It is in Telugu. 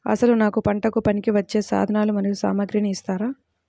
అసలు నాకు పంటకు పనికివచ్చే సాధనాలు మరియు సామగ్రిని ఇస్తారా?